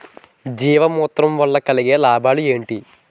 జీవామృతం వల్ల కలిగే లాభాలు ఏంటి?